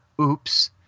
oops